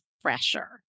fresher